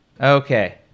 Okay